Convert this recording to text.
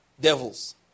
devils